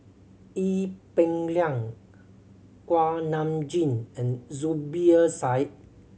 Ee Peng Liang Kuak Nam Jin and Zubir Said